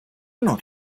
not